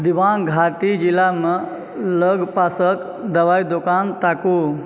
दिबाङ्ग घाटी जिलामे लगपासके दवाइ दोकान ताकू